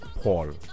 Paul